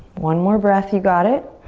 one more breath, you got it.